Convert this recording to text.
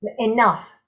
enough